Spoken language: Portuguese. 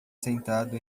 sentado